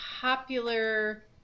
popular